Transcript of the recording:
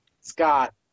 Scott